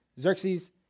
Xerxes